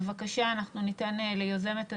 בבקשה, יוזמת הדיון,